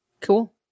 Cool